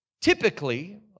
typically